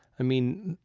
i mean,